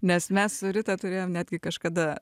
nes mes su rita turėjom netgi kažkada